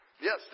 yes